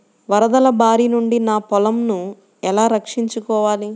వరదల భారి నుండి నా పొలంను ఎలా రక్షించుకోవాలి?